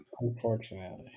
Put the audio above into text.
Unfortunately